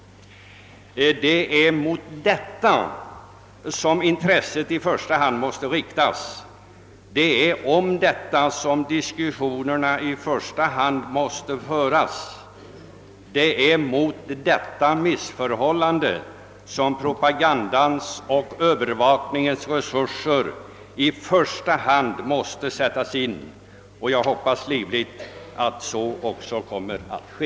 Det är på detta avsnitt av trafiken som intresset i första hand måste inriktas, och det är detta diskussionerna i första hand måste gälla. Det är mot detta missförhållande som propagandans och övervakningens resurser i första hand måste sättas in. Jag hoppas livligt att så också kommer att ske.